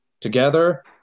together